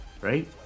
Right